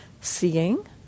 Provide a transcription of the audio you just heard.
seeing